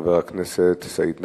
חבר הכנסת סעיד נפאע,